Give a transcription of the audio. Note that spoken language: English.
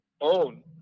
own